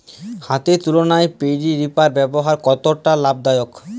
হাতের তুলনায় paddy reaper ব্যবহার কতটা লাভদায়ক?